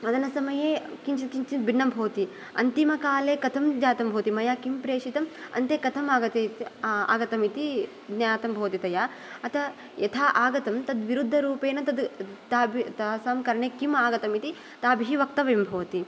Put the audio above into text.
वदनसमये किञ्चित् किञ्चित् भिन्नं भवति अन्तिमकाले कथं जातं भवति मया किं प्रेषितं अन्ते कथं आगते आगतमिति ज्ञातं भवति तया अत यथा आगतं तत् विरुद्धरुपेण तत् ताभि तासां कर्णे किम् आगतमिति ताभि वक्तव्यं भवति